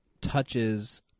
touches